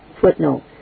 Footnote